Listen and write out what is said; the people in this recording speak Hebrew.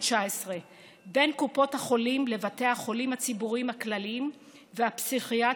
בין קופות החולים לבתי החולים הציבוריים הכלליים והפסיכיאטריים,